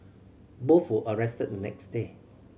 both were arrested the next day